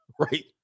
right